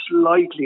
slightly